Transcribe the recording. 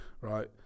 right